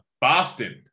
Boston